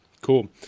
Cool